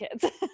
kids